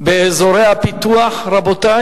רבותי